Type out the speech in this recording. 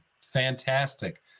fantastic